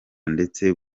ndetse